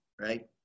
Right